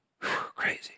Crazy